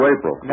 April